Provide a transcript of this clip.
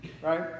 Right